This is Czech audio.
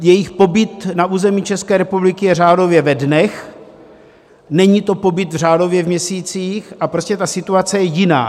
Jejich pobyt na území České republiky je řádově ve dnech, není to pobyt řádově v měsících, a prostě ta situace je jiná.